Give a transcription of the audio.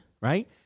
right